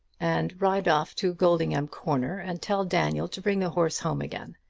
and ride off to goldingham corner, and tell daniel to bring the horse home again.